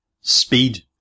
speed